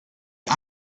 die